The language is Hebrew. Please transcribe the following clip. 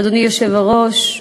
אדוני היושב-ראש,